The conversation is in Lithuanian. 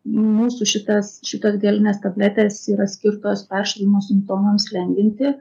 mūsų šitas šitos gelinės tabletės yra skirtos peršalimo simptomams lengvinti